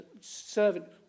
servant